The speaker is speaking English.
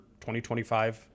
2025